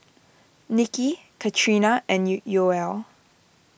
Niki Katrina and Yoel